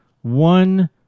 one